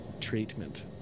treatment